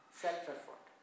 self-effort